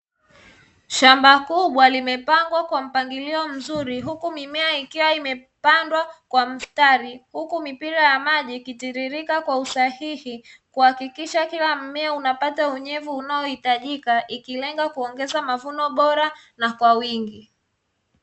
Shamba kubwa limepangwa kwa mpangilio mzuri huku mimea ikiwa imepandwa kwa mstari, huku mipira ya maji ikitiririka kwa usahihi kuhakikisha kila mmea unapata unyevu unaohitajika ikilenga kuongeza mavuno bora na kwa wingi.